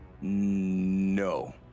No